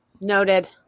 Noted